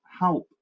Help